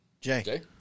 Jay